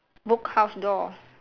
book house door